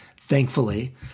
thankfully